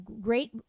great